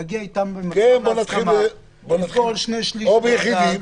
להגיע להסכמה עם כל שני-שליש מהגג,